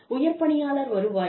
உயர் பணியாளர் வருவாய்